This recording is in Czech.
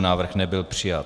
Návrh nebyl přijat.